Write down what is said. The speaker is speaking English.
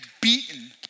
beaten